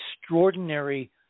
extraordinary